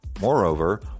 Moreover